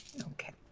Okay